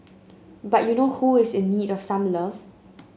but you know who is in need of some love